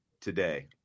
today